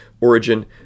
Origin